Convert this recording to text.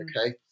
Okay